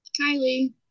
Kylie